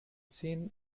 seen